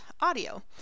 audio